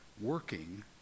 working